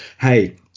hey